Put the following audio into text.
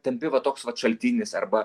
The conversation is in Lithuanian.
tampi va toks vat šaltinis arba